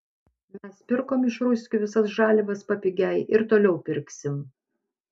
mes pirkom iš ruskių visas žaliavas papigiai ir toliau pirksim